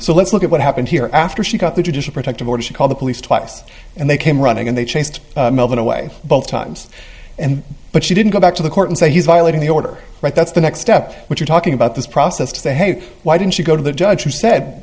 so let's look at what happened here after she got the judicial protective order she called the police twice and they came running and they chased it away both times and but she didn't go back to the court and say he's violating the order right that's the next step which we're talking about this process to say hey why didn't you go to the judge who said